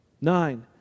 Nine